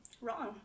wrong